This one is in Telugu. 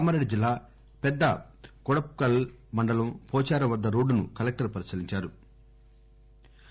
కామారెడ్డి జిల్లా పెద్ద కోడప్గల్ మండలం పోచారం వద్ద రోడ్డును కలెక్టర్ పరిశీలించారు